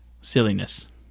silliness